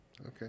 Okay